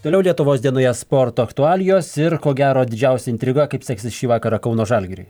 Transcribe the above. toliau lietuvos dienoje sporto aktualijos ir ko gero didžiausia intriga kaip seksis šį vakarą kauno žalgiriui